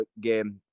game